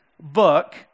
book